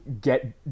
get